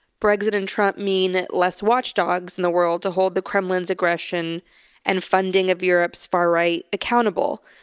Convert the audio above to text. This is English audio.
brexit and trump mean less watchdogs in the world to hold the kremlin's aggression and funding of europe's far right accountable.